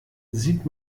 sieht